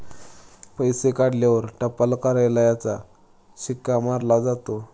पैसे काढल्यावर टपाल कार्यालयाचा शिक्का मारला जातो